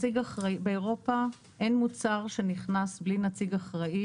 באירופה אין מוצר שנכנס בלי נציג אחראי.